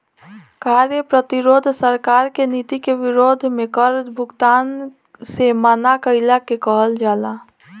कार्य प्रतिरोध सरकार के नीति के विरोध में कर भुगतान से मना कईला के कहल जाला